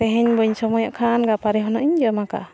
ᱛᱮᱦᱮᱧ ᱵᱟᱹᱧ ᱥᱚᱢᱚᱭᱚᱜ ᱠᱷᱟᱱ ᱜᱟᱯᱟᱨᱮ ᱦᱩᱱᱟᱹᱧ ᱡᱚᱢ ᱟᱠᱟᱫ